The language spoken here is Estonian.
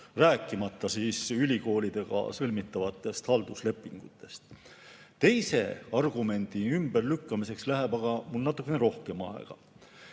rääkimata ülikoolidega sõlmitavatest halduslepingutest. Teise argumendi ümberlükkamiseks läheb mul aga natukene rohkem aega.